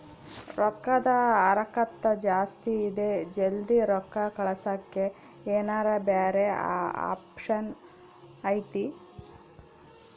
ರೊಕ್ಕದ ಹರಕತ್ತ ಜಾಸ್ತಿ ಇದೆ ಜಲ್ದಿ ರೊಕ್ಕ ಕಳಸಕ್ಕೆ ಏನಾರ ಬ್ಯಾರೆ ಆಪ್ಷನ್ ಐತಿ?